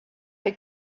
est